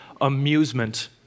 amusement